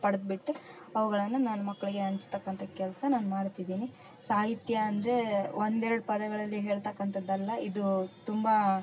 ಪಡ್ದುಬಿಟ್ಟು ಅವ್ಗಳ್ಳನ್ನು ನನ್ನ ಮಕ್ಕಳಿಗೆ ಹಂಚ್ತಕ್ಕಂಥ ಕೆಲಸ ನಾನು ಮಾಡ್ತಿದ್ದೀನಿ ಸಾಹಿತ್ಯ ಅಂದರೆ ಒಂದು ಎರಡು ಪದಗಳಲ್ಲಿ ಹೇಳ್ತಕ್ಕಂಥದ್ದಲ್ಲ ಇದು ತುಂಬ